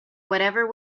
whatever